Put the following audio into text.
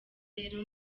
rero